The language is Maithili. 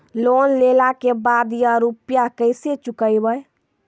लोन लेला के बाद या रुपिया केसे चुकायाबो?